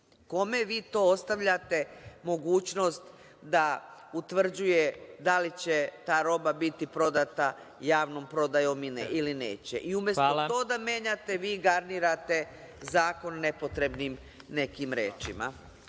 Kome vi to ostavljate mogućnost da utvrđuje da li će ta roba biti prodata javnom prodajom ili neće? Umesto to da menjate, vi garnirate zakon nepotrebnim nekim rečima.